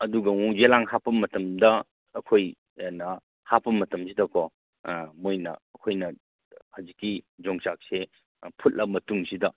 ꯑꯗꯨꯒ ꯑꯃꯨꯛ ꯌꯦꯂꯥꯡ ꯍꯥꯞꯄ ꯃꯇꯝꯗ ꯑꯩꯈꯣꯏꯅ ꯍꯥꯞꯄ ꯃꯇꯝꯁꯤꯗꯀꯣ ꯃꯣꯏꯅ ꯑꯩꯈꯣꯏꯅ ꯍꯧꯖꯤꯛꯀꯤ ꯌꯣꯡꯆꯥꯛꯁꯦ ꯐꯨꯠꯂ ꯃꯇꯨꯡꯁꯤꯗ